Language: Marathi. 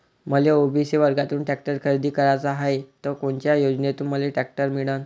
मले ओ.बी.सी वर्गातून टॅक्टर खरेदी कराचा हाये त कोनच्या योजनेतून मले टॅक्टर मिळन?